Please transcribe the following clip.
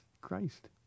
Christ